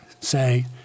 say